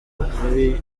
ukuri